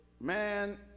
Man